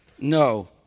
No